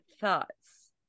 thoughts